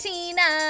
Tina